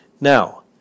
Now